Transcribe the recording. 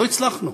לא הצלחנו,